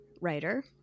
writer